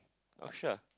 oh sure